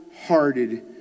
hearted